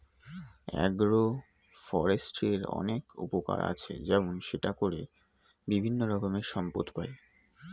agro ফরেস্ট্রির অনেক উপকার আছে, যেমন সেটা করে বিভিন্ন রকমের সম্পদ পাই